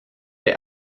der